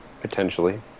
potentially